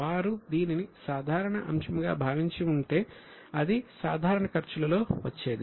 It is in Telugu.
వారు దీనిని సాధారణ అంశం గా భావించి ఉంటే అది సాధారణ ఖర్చులలో వచ్చేది